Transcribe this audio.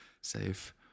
Safe